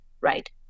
right